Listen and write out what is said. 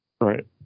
Right